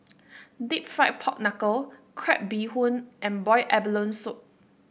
deep fried Pork Knuckle Crab Bee Hoon and Boiled Abalone Soup